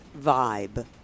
vibe